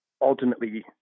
ultimately